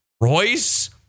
Royce